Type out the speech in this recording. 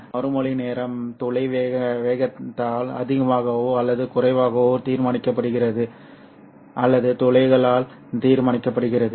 இந்த மறுமொழி நேரம் துளை வேகங்களால் அதிகமாகவோ அல்லது குறைவாகவோ தீர்மானிக்கப்படுகிறது அல்லது துளைகளால் தீர்மானிக்கப்படுகிறது